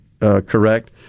correct